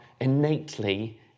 innately